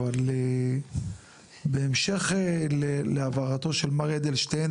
אבל בהמשך להעברתו של מר אדלשטיין